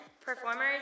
performers